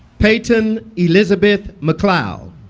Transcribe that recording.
peyton elizabeth mcleod